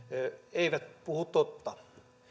eivät puhu totta